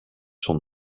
son